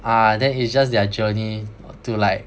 ah then it's just their journey to like